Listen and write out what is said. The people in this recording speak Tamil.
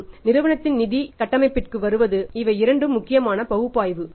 மற்றும் நிறுவனத்தின் நிதி கட்டமைப்பிற்கு வருவது இவை இரண்டு முக்கியமான பகுப்பாய்வு